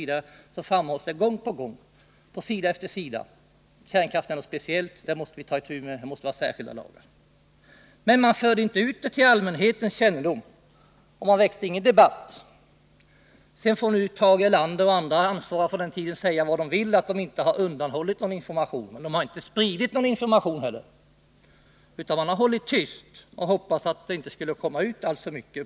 Där framhålls gång på gång, på sida efter sida, att kärnkraften är något speciellt, som vi måste ta itu med, och att vi måste ha särskilda lagar för den. Men man förde inte ut detta till allmänhetens kännedom och väckte ingen debatt i frågan. Sedan får nu Tage Erlander och andra ansvariga på den punkten säga vad de vill om att de inte har undanhållit någon information — de har ju inte heller spritt någon information utan har hållit tyst och uppenbarligen hoppats att det inte skulle komma ut för mycket.